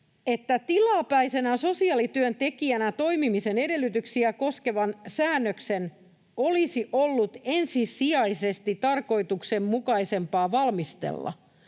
”tilapäisenä sosiaalityöntekijänä toimimisen edellytyksiä koskevat säännökset olisi ollut ensisijaisesti tarkoituksenmukaisempaa valmistella